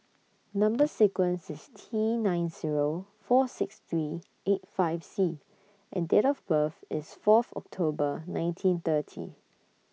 Number sequence IS T nine Zero four six three eight five C and Date of birth IS Fourth October nineteen thirty